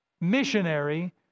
missionary